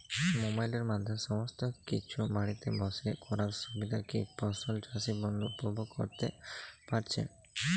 মোবাইলের মাধ্যমে সমস্ত কিছু বাড়িতে বসে করার সুবিধা কি সকল চাষী বন্ধু উপভোগ করতে পারছে?